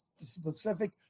specific